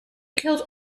killed